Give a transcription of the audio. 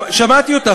שמעתי אותך.